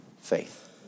faith